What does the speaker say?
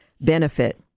benefit